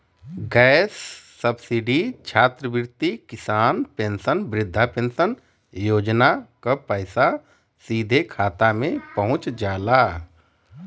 gas subsidy छात्रवृत्ति किसान pension वृद्धा पेंशन योजना क पैसा सीधे खाता में पहुंच जाला